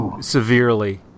severely